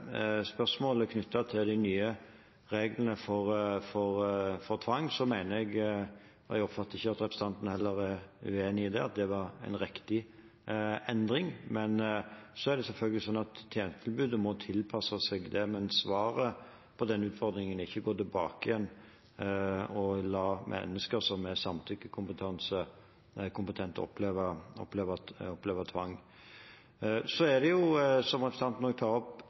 til de nye reglene for tvang, mener jeg – og jeg oppfatter ikke at representanten er uenig i det – at det var en riktig endring, men tjenestetilbudet må selvfølgelig tilpasses det. Svaret på den utfordringen er ikke å gå tilbake igjen og la mennesker som er samtykkekompetente, oppleve tvang. Så er det, som representanten tar opp,